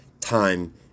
time